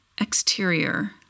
exterior